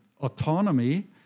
autonomy